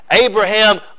Abraham